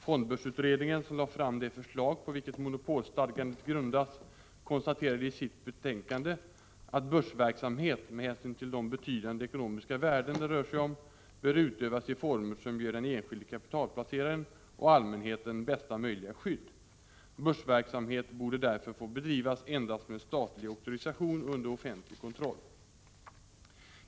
Fondbörsutredningen som lade fram det förslag på vilket monopolstadgandet grundas konstaterade i sitt betänkande att börsverksamhet, med hänsyn till de betydande ekonomiska värden det rör sig om, bör utövas i former som ger den enskilde kapitalplaceraren och allmänheten bästa möjliga skydd. Börsverksamhet borde därför få bedrivas endast med statlig auktorisation och under offentlig kontroll.